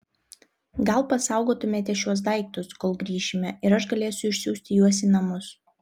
gal pasaugotumėte šiuos daiktus kol grįšime ir aš galėsiu išsiųsti juos į namus